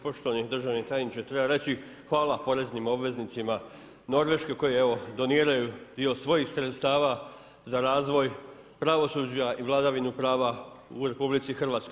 Poštovani državni tajniče, treba reći hvala poreznim obveznicima Norveškoj, koji evo, doniraju dio svojih sredstava za razvoj pravosuđa i vladavinu prava u RH.